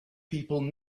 people